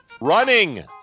running